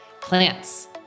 plants